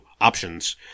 options